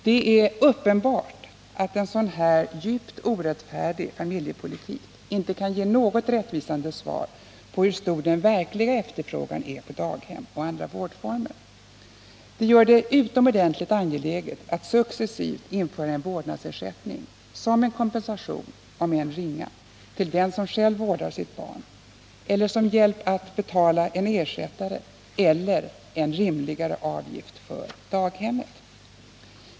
Det är uppenbart att en sådan, djupt orättfärdig familjepolitik inte kan ge något rättvisande besked om hur stor den verkliga efterfrågan är på daghem och andra vårdformer. Detta gör det utomordentligt angeläget att successivt införa en vårdnadsersättning som en kompensation, om än ringa, till den som själv vårdar sitt barn eller som en hjälp att betala en ersättare eller en rimligare avgift för daghemmet.